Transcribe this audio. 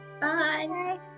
Bye